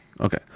Okay